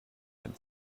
had